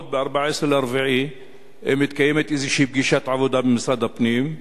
עוד ב-14 באפריל מתקיימת פגישת עבודה במשרד הפנים,